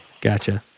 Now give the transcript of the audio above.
Gotcha